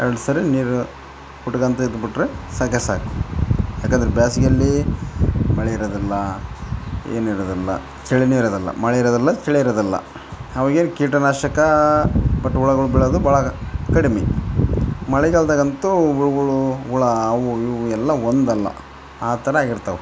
ಎರ್ಡು ಸರಿ ನೀರು ಬಿಟ್ಕೊಳ್ತ ಇದ್ದು ಬಿಟ್ರೆ ಸಾಕೇ ಸಾಕು ಯಾಕೆಂದ್ರೆ ಬೇಸ್ಗೆಯಲ್ಲಿ ಮಳೆ ಇರೋದಿಲ್ಲ ಏನೂ ಇರೋದಿಲ್ಲ ಚಳಿಯೂ ಇರೋದಿಲ್ಲ ಮಳೆ ಇರೋದಿಲ್ಲ ಚಳಿ ಇರೋದಿಲ್ಲ ಆವಾಗೇನು ಕೀಟ ನಾಶಕ ಬಟ್ ಹುಳುಗಳು ಬೀಳೋದು ಭಾಳ ಕಡಿಮೆ ಮಳೆಗಾಲದಾಗಂತೂ ಹುಳುಗಳು ಹುಳು ಅವು ಇವು ಎಲ್ಲ ಒಂದಲ್ಲ ಆ ಥರ ಇರ್ತಾವೆ